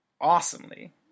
awesomely